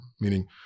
meaning